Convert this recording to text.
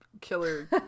killer